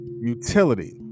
utility